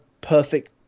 perfect